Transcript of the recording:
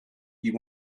you